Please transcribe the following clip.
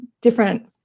different